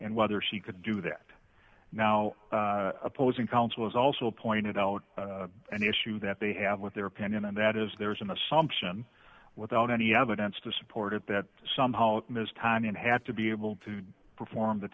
and whether she could do that now opposing counsel is also pointed out an issue that they have with their opinion and that is there is an assumption without any evidence to support it that somehow ms time and had to be able to perform the